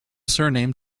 surname